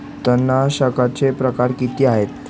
तणनाशकाचे प्रकार किती आहेत?